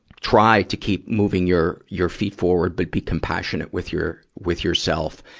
try to keep moving your, your feet forward, but be compassionate with your, with yourself.